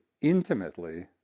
intimately